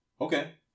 Okay